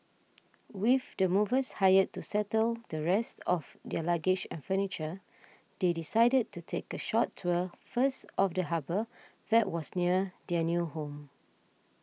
with the movers hired to settle the rest of their luggage and furniture they decided to take a short tour first of the harbour that was near their new home